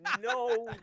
No